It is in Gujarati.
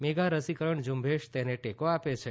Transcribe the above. મેગા રસીકરણ ઝુંબેશ તેને ટેકો આપે છે